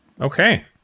Okay